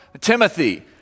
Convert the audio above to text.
Timothy